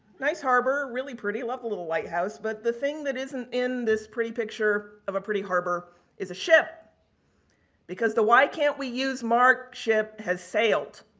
nice harbor, really pretty, love the little lighthouse. but, the thing that isn't in this pretty picture of a pretty harbor is a ship because the why can't we use marc ship has sailed.